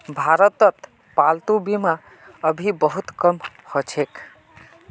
भारतत पालतू बीमा अभी बहुत कम ह छेक